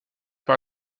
par